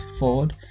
forward